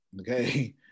okay